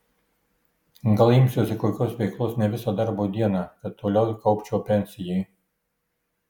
gal imsiuosi kokios veiklos ne visą darbo dieną kad toliau kaupčiau pensijai